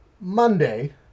monday